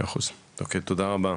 תודה רבה.